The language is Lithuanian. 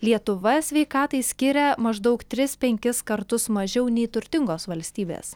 lietuva sveikatai skiria maždaug tris penkis kartus mažiau nei turtingos valstybės